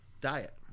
Diet